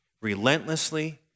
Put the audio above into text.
relentlessly